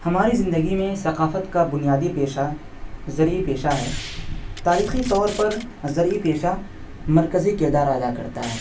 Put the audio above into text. ہماری زندگی میں ثقافت کا بنیاری پیشہ زرعی پیشہ ہے تاریخی طور پر زرعی پیشہ مرکزی کردار ادا کرتا ہے